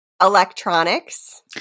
Electronics